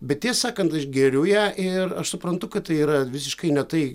bet tiesą sakant aš geriu ją ir aš suprantu kad tai yra visiškai ne tai